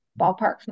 ballpark's